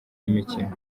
y’imikino